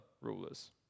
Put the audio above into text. rulers